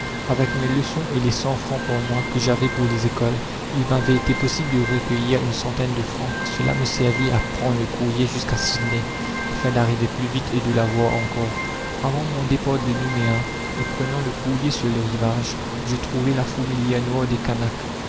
avec mes leçons et les cent francs par mois que j'avais pour les écoles il m'avait été possible de recueillir une centaine de francs cela me servit à prendre le courrier jusqu'à sydney afin d'arriver plus vite et de la voir encore avant mon départ de nouméa et prenant le courrier sur le rivage je trouvai la fourmilière